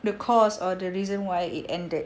the cause or the reason why it ended